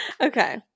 okay